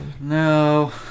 no